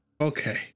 okay